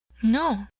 no,